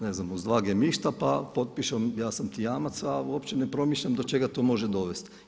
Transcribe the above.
Ne znam uz dva gemišta pa potpišem ja sam ti jamac, a uopće ne promišljam do čega to može dovesti.